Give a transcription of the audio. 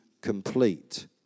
complete